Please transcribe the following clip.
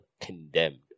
condemned